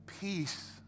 peace